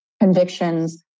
convictions